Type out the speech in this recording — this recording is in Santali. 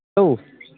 ᱦᱮᱞᱳ